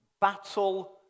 battle